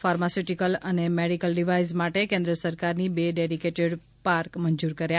pharmaceutical ને medical device માટે કેન્દ્ર સરકારની બે ડેડિકેટેડ પાર્ટ મંજૂર કર્યા